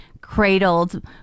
cradled